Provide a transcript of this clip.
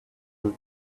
road